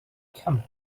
come